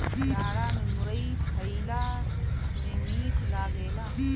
जाड़ा में मुरई खईला में मीठ लागेला